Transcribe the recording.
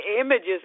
images